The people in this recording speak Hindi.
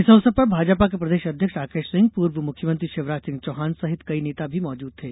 इस अवसर पर भाजपा के प्रदेश अध्यक्ष राकेश सिंह पूर्व मुख्यमंत्री शिवराज सिंह चौहान सहित कई नेता भी मौजूद थे